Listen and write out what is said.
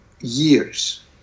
years